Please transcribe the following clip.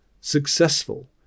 successful